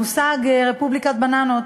המושג "רפובליקת בננות"